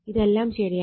ഇതെല്ലാം ശരിയാണ്